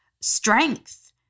strength